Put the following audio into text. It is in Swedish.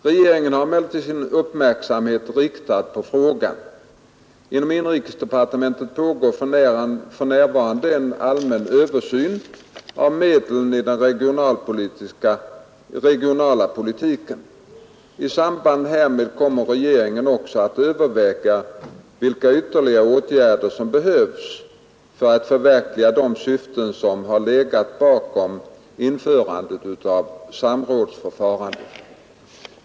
Regeringen har emellertid sin uppmärksamhet riktad på frågan. Inom inrikesdepartementet pågår för närvarande en allmän översyn av medlen i den regionala politiken. I samband härmed kommer regeringen också att överväga vilka ytterligare åtgärder som behövs för att förverkliga de syften som har legat bakom införandet av samrådsförfarandet.